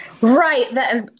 Right